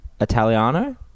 Italiano